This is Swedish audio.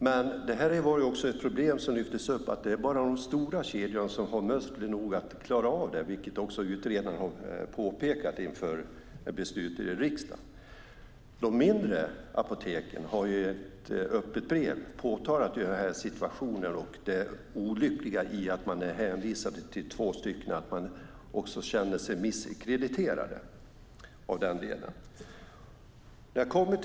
Men ett problem som lyftes upp var att det bara är de stora kedjorna som har muskler nog att klara av det, vilket också utredarna påpekade inför beslutet i riksdagen. De mindre apoteken har i ett öppet brev påtalat situationen och det olyckliga i att de är hänvisade till två stycken och att de känner sig misskrediterade i den delen.